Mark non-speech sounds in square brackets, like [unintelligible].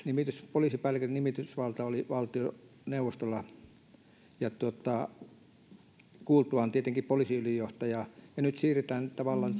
poliisipäällikön nimitysvalta oli valtioneuvostolla tietenkin kuultuaan poliisiylijohtajaa ja nyt siirretään tavallaan [unintelligible]